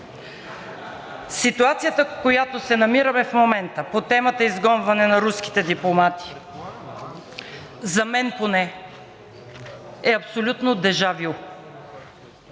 Ситуацията, в която се намираме в момента, по темата изгонване на руските дипломати за мен поне е абсолютно дежа вю.